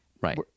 right